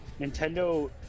Nintendo